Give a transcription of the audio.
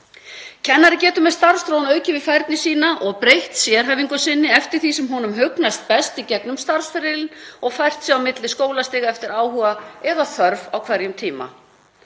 Kennari getur með starfsþróun aukið við færni sína og breytt sérhæfingu sinni eftir því sem honum hugnast best í gegnum starfsferil sinn og fært sig á milli skólastiga eftir áhuga eða þörf á hverjum tíma.